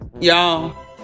Y'all